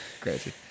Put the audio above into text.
Crazy